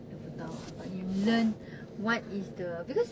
the photo~ uh you learn what is the because